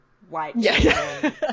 white